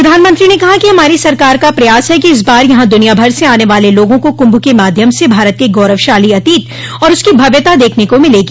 प्रधानमंत्री ने कहा कि हमारी सरकार का प्रयास है कि इस बार यहां दुनिया भर से आने वाले लोगों को कुंभ के माध्यम से भारत के गौरवशाली अतीत आर उसकी भव्यता देखने को मिलेगी